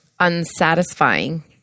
Unsatisfying